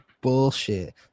bullshit